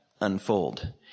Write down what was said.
unfold